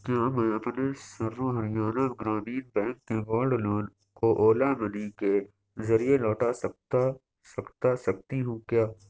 کیا میں اپنے سرو ہریانہ گرامین بینک کے گولڈ لون کو اولا منی کے ذریعے لوٹا سکتا سکتا سکتی ہوں کیا